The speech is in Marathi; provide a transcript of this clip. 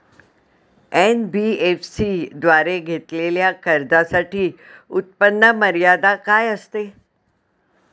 एन.बी.एफ.सी द्वारे घेतलेल्या कर्जासाठी उत्पन्न मर्यादा काय असते?